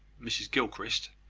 mrs gilchrist,